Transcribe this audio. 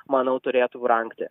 manau turėtų brangti